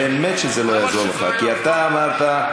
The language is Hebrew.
באמת שזה לא יעזור לך כי אתה אמרת,